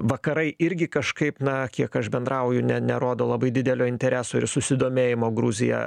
vakarai irgi kažkaip na kiek aš bendrauju ne nerodo labai didelio intereso ir susidomėjimo gruzija